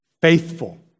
Faithful